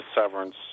severance